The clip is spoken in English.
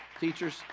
Teachers